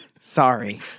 Sorry